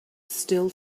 still